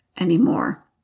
anymore